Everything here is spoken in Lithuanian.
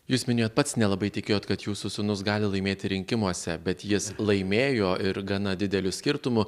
jūs minėjot pats nelabai tikėjot kad jūsų sūnus gali laimėti rinkimuose bet jis laimėjo ir gana dideliu skirtumu